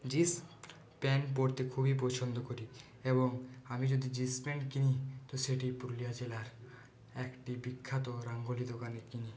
jeans pant পরতে খুবই পছন্দ করি এবং আমি যদি জিন্স প্যান্ট কিনি তো সেটি এই পুরুলিয়া জেলার একটি বিখ্যাত রঙ্গোলী দোকানে কিনি